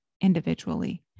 individually